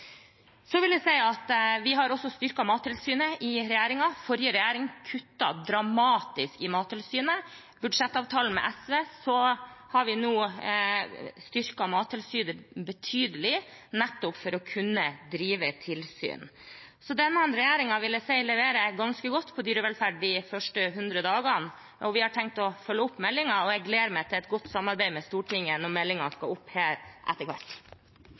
har også styrket Mattilsynet. Forrige regjering kuttet dramatisk i Mattilsynet. I budsjettavtalen med SV har vi styrket Mattilsynet betydelig, nettopp for å kunne drive tilsyn. Denne regjeringen vil jeg si leverer ganske godt på dyrevelferd de første 100 dagene, og vi har tenkt å følge opp meldingen. Jeg gleder meg til et godt samarbeid med Stortinget når